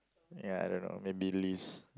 ya and then maybe Liz